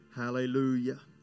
hallelujah